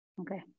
okay